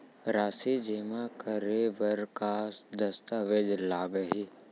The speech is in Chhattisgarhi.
राशि जेमा करे बर का दस्तावेज लागही?